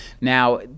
Now